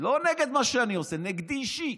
לא נגד מה שאני עושה, נגדי אישית.